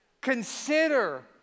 Consider